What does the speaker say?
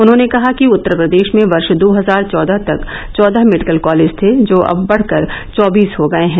उन्होंने कहा कि उत्तर प्रदेश में वर्ष दो हजार चौदह तक चौदह मेडिकल कॉलेज थे जो अब बढ़कर चौबीस हो गये हैं